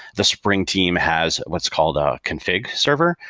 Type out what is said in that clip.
the spring team has what's called a config server,